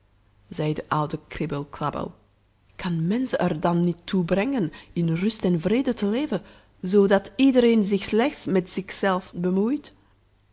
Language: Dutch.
zei de oude kriebel krabbel kan men ze er dan niet toe brengen in rust en vrede te leven zoodat iedereen zich slechts met zich zelf bemoeit